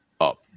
up